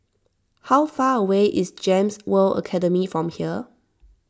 how far away is Gems World Academy from here